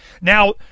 Now